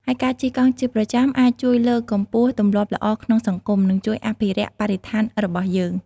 ហើយការជិះកង់ជាប្រចាំអាចជួយលើកកម្ពស់ទម្លាប់ល្អក្នុងសង្គម និងជួយអភិរក្សបរិស្ថានរបស់យើង។